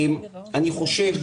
אני חושב,